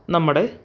നമ്മുടെ